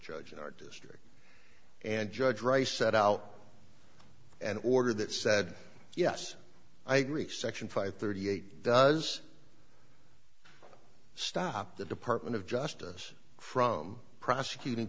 judge in our district and judge rice set out and order that said yes i agree section five thirty eight does stop the department of justice from prosecuting